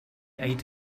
ate